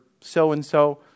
so-and-so